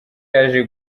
yaje